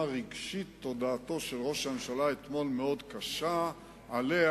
רגשית הודעתו של ראש הממשלה אתמול מאוד קשה עליה.